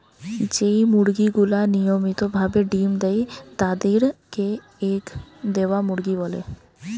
যেই মুরগি গুলা নিয়মিত ভাবে ডিম্ দেয় তাদির কে এগ দেওয়া মুরগি বলে